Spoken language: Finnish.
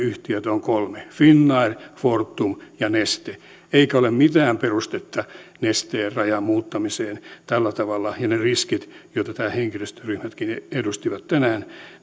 yhtiöitä on kolme finnair fortum ja neste eikä ole mitään perustetta nesteen rajan muuttamiseen tällä tavalla ne riskit joita ne henkilöstöryhmätkin edustivat tänään